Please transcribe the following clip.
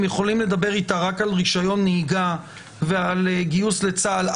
יכולים לדבר איתה רק על רישיון נהיגה ועל גיוס לצה"ל,